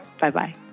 Bye-bye